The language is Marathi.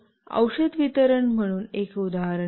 आपण औषध वितरण म्हणून एक उदाहरण घेऊ